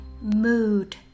mood